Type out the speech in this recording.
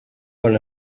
bon